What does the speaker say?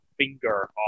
Finger